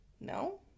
No